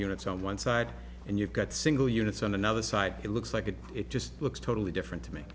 units on one side and you've got single units on another side it looks like it it just looks totally different to me